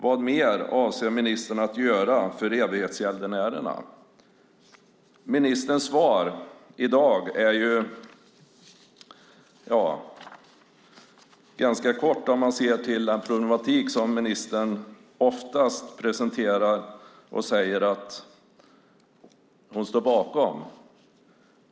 Vad mer avser ministern att göra för evighetsgäldenärerna? Ministerns svar i dag är kort, om man ser till de problem som ministern oftast presenterar och de förslag hon säger sig stå bakom.